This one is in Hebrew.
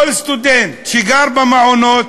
כל סטודנט שגר במעונות,